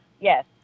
Yes